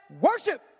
Worship